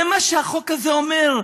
זה מה שהחוק הזה אומר.